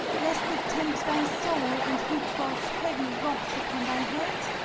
lest it tempt thy soul, and heap god's heavy wrath upon thy head!